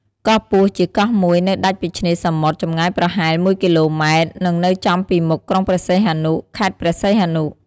កោះពស់ ជាកោះមួយនៅដាច់ពីឆ្នេរសមុទ្រ ចម្ងាយប្រហែល ១គីឡូម៉ែត្រ និងនៅចំពីមុខក្រុងព្រះសីហនុ ខេត្តព្រះសីហនុ។